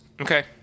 Okay